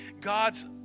God's